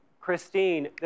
Christine